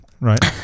right